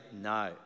no